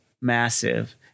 massive